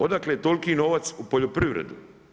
Odakle toliki novac u poljoprivredi?